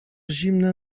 zimne